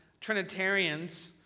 Trinitarians